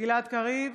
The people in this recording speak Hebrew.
אינו נוכח שלמה קרעי,